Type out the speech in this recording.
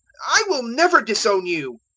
i will never disown you.